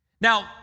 Now